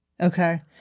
Okay